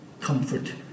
comfort